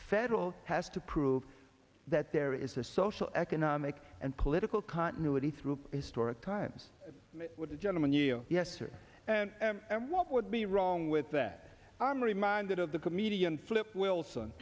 federal has to prove that there is a social economic and political continuity through historic times with the gentleman you yes are and what would be wrong with that i'm reminded of the comedian flip wilson